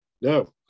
no